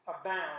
abound